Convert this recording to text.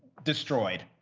destroyed